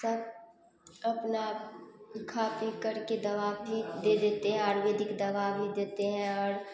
सब अपना खा पी कर के दवा भी दे देते हैं आयुर्वेदिक दवा भी दे देते हैं और